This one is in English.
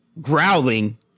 growling